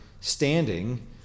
standing